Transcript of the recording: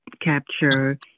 capture